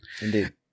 Indeed